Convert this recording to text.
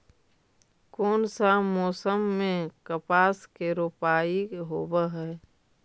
कोन सा मोसम मे कपास के रोपाई होबहय?